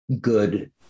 good